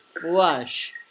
flush